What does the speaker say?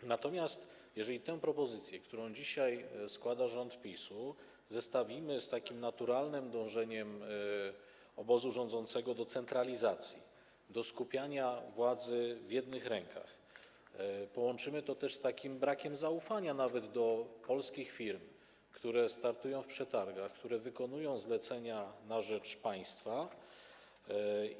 Jeżeli natomiast propozycję, którą składa dzisiaj rząd PiS-u, zestawimy z naturalnym dążeniem obozu rządzącego do centralizacji, skupiania władzy w jednych rękach, połączymy to też z brakiem zaufania nawet do polskich firm, które startują w przetargach, które wykonują zlecenia na rzecz państwa,